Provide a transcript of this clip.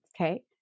Okay